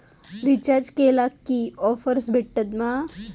Recharge केला की offers भेटात मा?